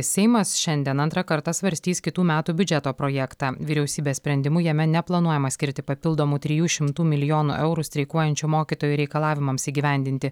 seimas šiandien antrą kartą svarstys kitų metų biudžeto projektą vyriausybės sprendimu jame neplanuojama skirti papildomų trijų šimtų milijonų eurų streikuojančių mokytojų reikalavimams įgyvendinti